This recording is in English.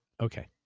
okay